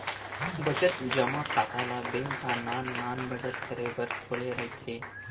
बचत जमा खाता ल बेंक ह नान नान बचत करे बर खोले रहिथे